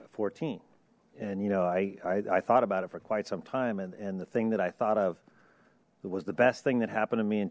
and fourteen and you know i i thought about it for quite some time and the thing that i thought of it was the best thing that happened to me in